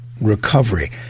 recovery